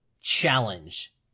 challenge